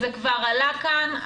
זה כבר עלה כאן,